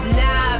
now